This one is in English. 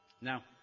Now